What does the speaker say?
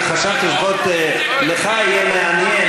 אני חשבתי שלפחות לך יהיה מעניין,